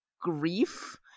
grief